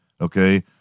okay